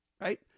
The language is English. right